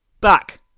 Back